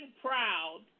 proud